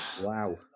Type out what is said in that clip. Wow